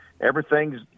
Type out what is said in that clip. everything's